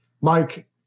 Mike